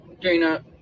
Dana